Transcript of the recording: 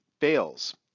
fails